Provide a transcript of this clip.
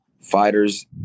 fighters